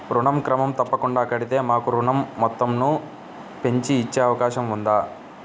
ఋణం క్రమం తప్పకుండా కడితే మాకు ఋణం మొత్తంను పెంచి ఇచ్చే అవకాశం ఉందా?